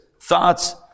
thoughts